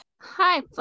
Hi